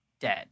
dead